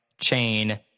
chain